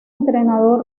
entrenador